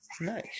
Nice